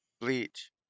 Bleach